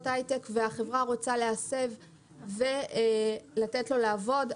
הייטק והחברה רוצה להסב ולתת לו לעבוד,